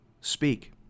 speak